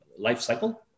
lifecycle